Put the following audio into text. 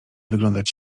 wyglądać